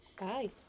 Bye